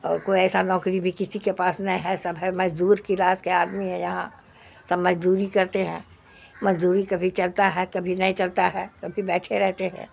اور کوئی ایسا نوکری بھی کسی کے پاس نہ ہے سب ہے مزدور کلاس کے آدمی ہیں یہاں سب مزدوری کرتے ہیں مزدوری کبھی چلتا ہے کبھی نہیں چلتا ہے کبھی بیٹھے رہتے ہیں